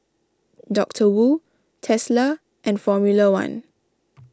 Doctor Wu Tesla and formula one